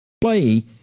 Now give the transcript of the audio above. play